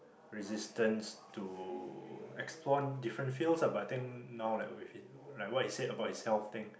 resistance to explore different fields lah but I think now like with in what he said about his health thing